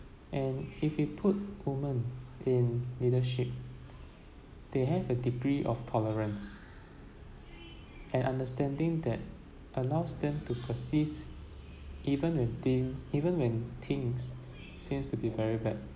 and if you put women in leadership they have a degree of tolerance and understanding that allows them to persist even when teams even when things seems to be very bad